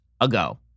ago